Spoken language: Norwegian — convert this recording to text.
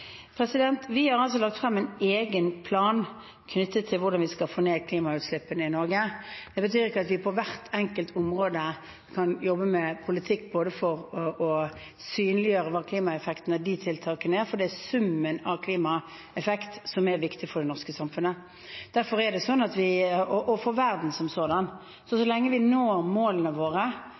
Vi har altså lagt frem en egen plan knyttet til hvordan vi skal få ned klimautslippene i Norge. Det betyr ikke at vi på hvert enkelt politikkområde vi jobber med, kan synliggjøre hva klimaeffektene av tiltakene er, for det er summen av klimaeffekt som er viktig for det norske samfunnet, og for verden som sådan. Så så lenge vi faktisk når målene våre